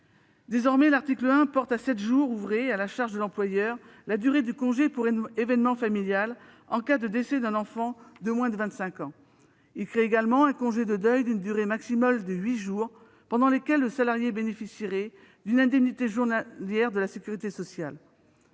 Désormais, l'article 1 porte à sept jours ouvrés, à la charge de l'employeur, la durée du congé pour événement familial, en cas de décès d'un enfant de moins de 25 ans. Il crée également un congé de deuil d'une durée maximale de huit jours, pendant lesquels le salarié bénéficierait d'une indemnité journalière de la sécurité sociale.